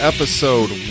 Episode